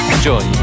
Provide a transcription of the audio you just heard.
Enjoy